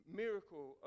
miracle